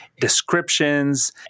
descriptions